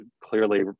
clearly